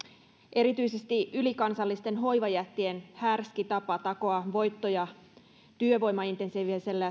erityisesti ylikansallisten hoivajättien härski tapa takoa voittoja työvoimaintensiivisellä